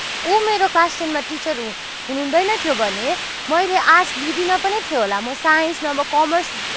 उ मेरो क्लास टेनमा टिचर हुनु हुँदैन थियो भने मैले आर्टस लिँदिनँ पनि थियो होला म साइन्स नभए कमर्स